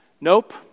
nope